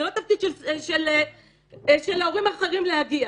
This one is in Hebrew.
זה לא התפקיד של ההורים האחרים להגיע.